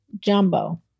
jumbo